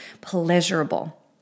pleasurable